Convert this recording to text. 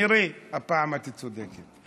מירי, הפעם את צודקת.